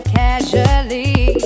casually